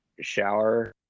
shower